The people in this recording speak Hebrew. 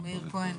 מאיר כהן,